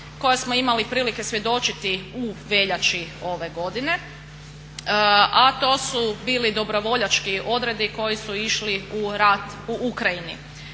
koja smo imali prilike svjedočiti u veljači ove godine, a to su bili dobrovoljački odredi koji su išli u rat u Ukrajini.